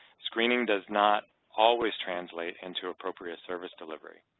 screening does not always translate into appropriate service delivery.